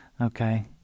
Okay